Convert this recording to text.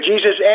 Jesus